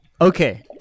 Okay